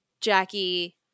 Jackie –